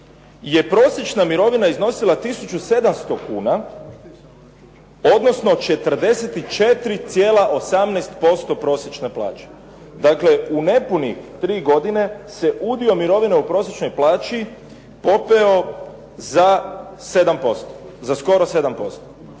je prosječna mirovina iznosila 1700 kuna, odnosno 44,18% prosječne plaće. Dakle, u nepunih 3 godine se udio mirovina u prosječnoj plaći popeo za 7%, za skoro 7%